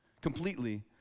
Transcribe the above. completely